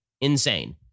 Insane